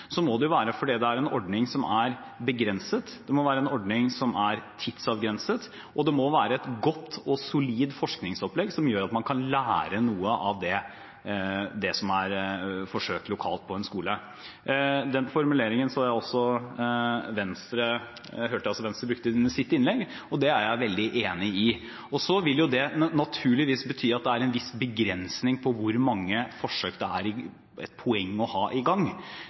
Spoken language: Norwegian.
må det jo være fordi det er en ordning som er begrenset og tidsavgrenset, og det må være et godt og solid forskningsopplegg som gjør at man kan lære noe av det som er forsøkt lokalt på en skole. Den formuleringen hørte jeg at også Venstre brukte under sitt innlegg, og det er jeg veldig enig i. Det vil naturligvis bety at det er en viss begrensning på hvor mange forsøk det er et poeng å ha i gang.